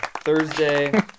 thursday